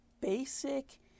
basic